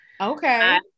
Okay